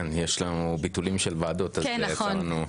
יש לנו ביטולים של ועדות אז זה יצא לנו טוב.